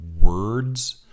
words